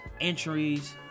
entries